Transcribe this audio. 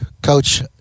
coach